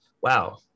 wow